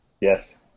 Yes